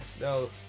No